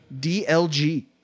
DLG